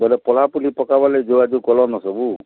ବୋଲେ ତଲା ତୁଲୀ ପକାଇବାର୍ ଲାଗି ଯୁଗାଯୁଗ କଲନ ସବୁ